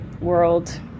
world